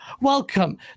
welcome